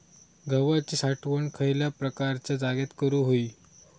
गव्हाची साठवण खयल्या प्रकारच्या जागेत करू होई?